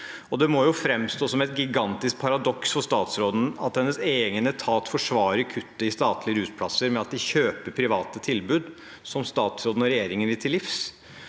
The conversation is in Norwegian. Det må jo framstå som et gigantisk paradoks for statsråden at hennes egen etat forsvarer kuttet i statlige rusplasser med at de kjøper private tilbud, noe statsråden og regjeringen vil til livs.